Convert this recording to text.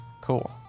Cool